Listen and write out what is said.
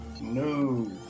No